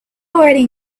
already